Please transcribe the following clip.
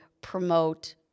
promote